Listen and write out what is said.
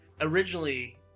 Originally